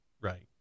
Right